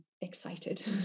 excited